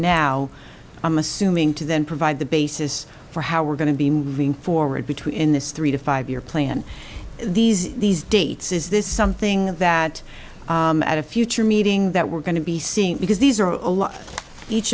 now i'm assuming to then provide the basis for how we're going to be moving forward between this three to five year plan these these dates is this something that at a future meeting that we're going to be seeing because these are